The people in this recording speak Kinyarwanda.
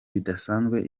bidasanzwe